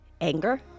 anger